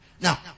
Now